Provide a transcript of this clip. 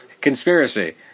Conspiracy